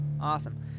awesome